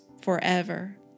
forever